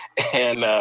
and